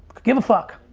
give a fuck.